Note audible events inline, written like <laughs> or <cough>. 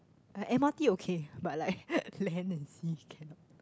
I M_R_T okay but like <laughs> land and sea cannot